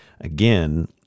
again